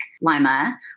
Lima